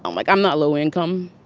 um like, i'm not low income,